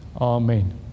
Amen